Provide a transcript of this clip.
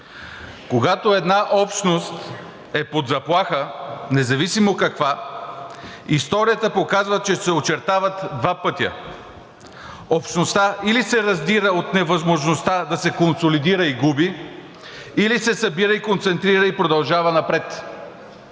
Когато една общност е под заплаха, независимо каква, историята показва, че се очертават два пътя – общността или се раздира от невъзможността да се консолидира и губи, или се събира, концентрира и продължава напред.